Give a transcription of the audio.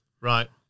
Right